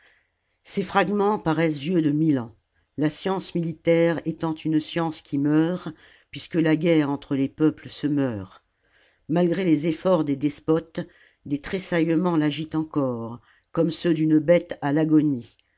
ces fragments paraissent vieux de mille ans la science militaire étant une science qui meurt puisque la guerre entre les peuples se meurt malgré les efforts des despotes des tressaillements l'agitent encore comme ceux d'une bête à l'agonie